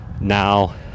now